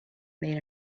made